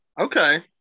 okay